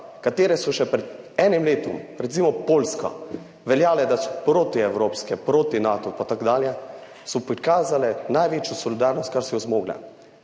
katere so še pred enim letom, recimo Poljska, veljale, da so protievropske, proti Natu in tako dalje, so pokazale največjo solidarnost, kar so zmogle.